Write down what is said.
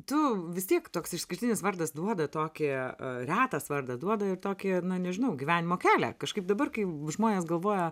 tu vis tiek toks išskirtinis vardas duoda tokį retas vardas duoda ir tokį na nežinau gyvenimo kelią kažkaip dabar kai žmonės galvoja